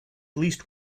least